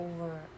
over